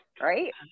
right